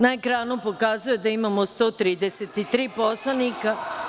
Na ekranu pokazuje da imamo 133 poslanika.